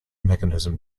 mechanism